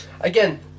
Again